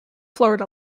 florida